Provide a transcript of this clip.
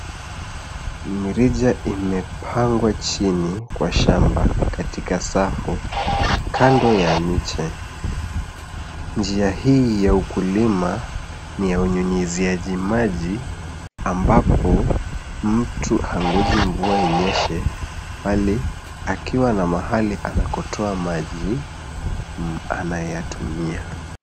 Mrija imepangwa chini kwa shamba katika safu kando ya miche, njia hii ya ukulima ni ya unyunyiziaji maji ambapo mtu hangoji mvua inyeshe mbali akiwa na mahali anakotoa maji anayatumia.